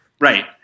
right